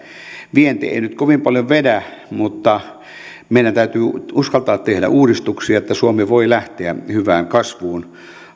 vienti ei nyt kovin paljon vedä mutta meidän täytyy uskaltaa tehdä uudistuksia että suomi voi lähteä hyvään kasvuun